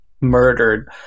murdered